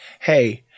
hey